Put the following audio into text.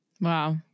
Wow